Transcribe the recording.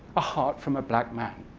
a heart from a black man.